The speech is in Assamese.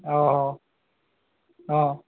অঁ অঁ অঁ